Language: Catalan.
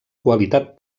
qualitat